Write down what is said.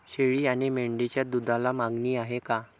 शेळी आणि मेंढीच्या दूधाला मागणी आहे का?